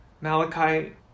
Malachi